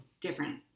different